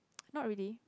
not really